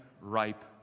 ripe